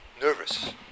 Nervous